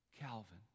Calvin